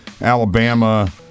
Alabama